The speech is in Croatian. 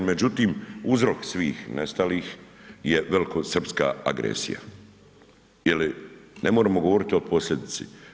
Međutim, uzrok svih nestalih je velikosrpska agresija jer ne moramo govoriti o posljedici.